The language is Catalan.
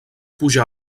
pujar